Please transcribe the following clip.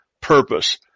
purpose